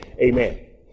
Amen